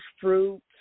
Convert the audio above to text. fruits